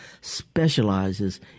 specializes